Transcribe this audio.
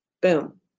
Boom